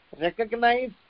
recognize